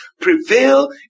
prevail